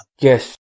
Yes